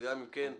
גם אם כן,